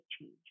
change